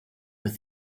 but